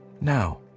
Now